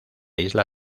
isla